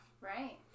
Right